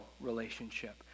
relationship